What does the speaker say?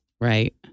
right